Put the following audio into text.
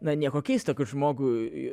na nieko keisto kad žmogui